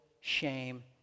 shame